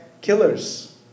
killers